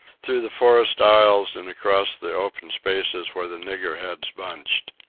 through the forest aisles and across the open spaces where the niggerheads bunched.